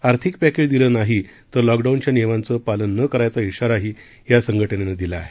आर्थिक पक्क्रि दिलं नाही तर लॉकडाऊनच्या नियमांचं पालन न करायचा श्रीाराही या संघटनेनं दिला आहे